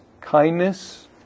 kindness